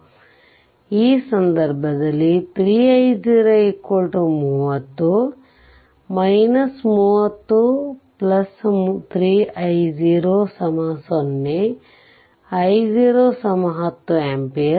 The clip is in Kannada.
ಆದ್ದರಿಂದ ಆ ಸಂದರ್ಭದಲ್ಲಿ 3 i0 30 30 3 i0 0 i0 10 ampere